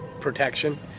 protection